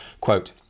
Quote